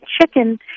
chicken